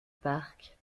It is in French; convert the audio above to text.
parc